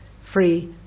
free